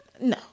No